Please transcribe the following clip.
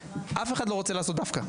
אף אחד לא רוצה לעשות דווקא.